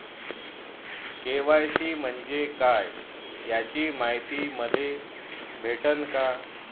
KYC म्हंजे काय याची मायती मले भेटन का?